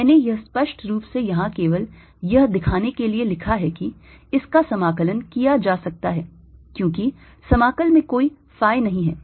मैंने यह स्पष्ट रूप से यहाँ केवल यह दिखाने के लिए लिखा है कि इसका समाकलन किया जा सकता है क्योंकि समाकल में कोई phi नहीं है